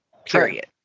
period